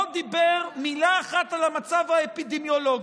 לא דיבר מילה אחת על המצב האפידמיולוגי,